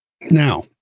Now